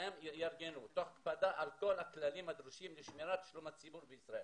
שהם יארגנו תוך הקפדה על כל הכללים הדרושים לשמירת שלום הציבור בישראל'